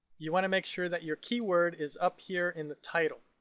you wanna make sure that your keyword is up here in the title.